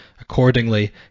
Accordingly